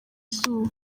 izuba